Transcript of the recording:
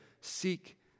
seek